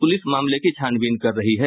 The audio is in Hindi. पुलिस मामले की छानबीन कर रही है